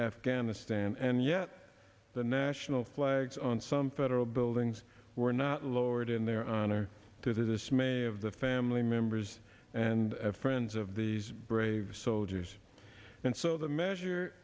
afghanistan and yet the national flags on some federal buildings were not lowered in their honor to the dismay of the family members and friends of these brave soldiers and so the measure